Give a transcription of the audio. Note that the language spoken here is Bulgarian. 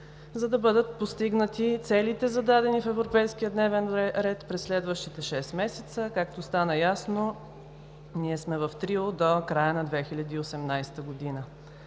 за да бъдат постигнати целите, зададени в европейския дневен ред през следващите шест месеца. Както стана ясно, ние сме в трио до края на 2018 г.